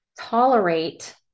tolerate